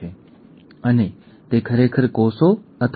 Suraishkumar professor G